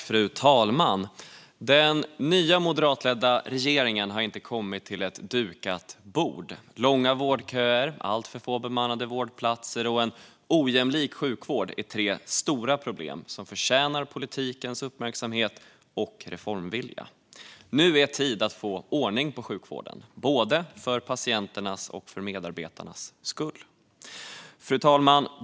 Fru talman! Den nya moderatledda regeringen har inte kommit till ett dukat bord. Långa vårdköer, alltför få bemannade vårdplatser och en ojämlik sjukvård är tre stora problem som förtjänar politikens uppmärksamhet och reformvilja. Nu är tid att få ordning på sjukvården, både för patienternas och för medarbetarnas skull. Fru talman!